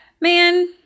Man